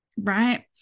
Right